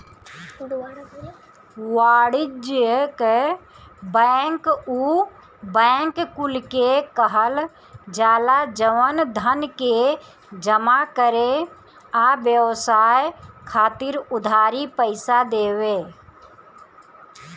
वाणिज्यिक बैंक उ बैंक कुल के कहल जाला जवन धन के जमा करे आ व्यवसाय खातिर उधारी पईसा देवे